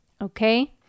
Okay